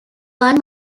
one